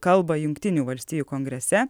kalbą jungtinių valstijų kongrese